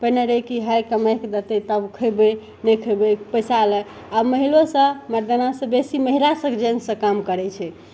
पहिने रहै कि हय कमाइके दतै तब खइबै नहि खेबै पैसा अयलए आब महिला सभ मर्दानासँ बेसी महिला सभ जेंससँ काम करै छै